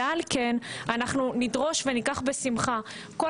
ועל כן אנחנו נדרוש וניקח בשמחה כל